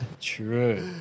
True